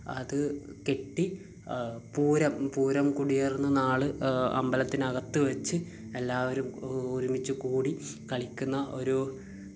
അത് കെട്ടി പൂരം പൂരം കൊടിയേറുന്ന നാൾ അമ്പലത്തിനകത്ത് വെച്ച് എല്ലാവരും ഒരുമിച്ച് കൂടി കളിക്കുന്ന ഒരു